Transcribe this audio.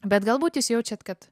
bet galbūt jūs jaučiat kad